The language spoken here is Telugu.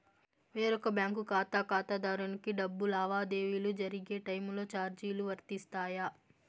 వేరొక బ్యాంకు ఖాతా ఖాతాదారునికి డబ్బు లావాదేవీలు జరిగే టైములో చార్జీలు వర్తిస్తాయా?